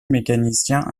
mécaniciens